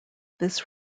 this